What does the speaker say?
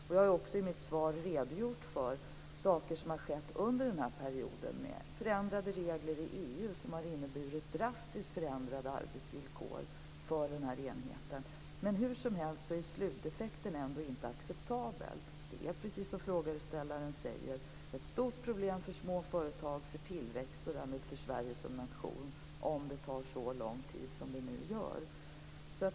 I mitt svar har jag också redogjort för saker som har skett under den här perioden. Det handlar om förändrade regler i EU som har inneburit drastiskt förändrade arbetsvillkor för den här enheten. Men hur som helst är sluteffekten ändå inte acceptabel. Det är precis som frågeställaren säger ett stort problem för små företag, för tillväxt, och därmed för Sverige som nation, om det tar så lång tid som det nu gör.